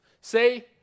Say